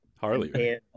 Harley